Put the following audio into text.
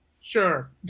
sure